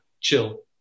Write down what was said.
chill